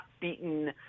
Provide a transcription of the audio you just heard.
beaten